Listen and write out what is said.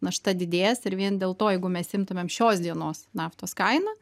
našta didės ir vien dėl to jeigu mes imtumėm šios dienos naftos kainą